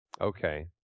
okay